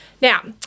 Now